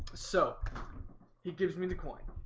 so he gives me the coin